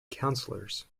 councillors